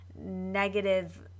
negative